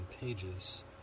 pages